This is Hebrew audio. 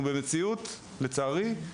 לצערי,